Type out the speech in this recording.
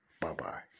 Bye-bye